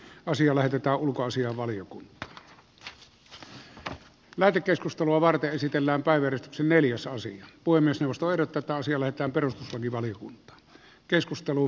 asia laiteta ulkoasiainvaliokunta ei lähetekeskustelua varten esitellään päivän neliosaisen voi myös nostaa rata taisi olla että perustuslakivaliokunta keskusteluun